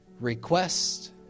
request